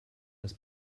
das